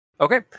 Okay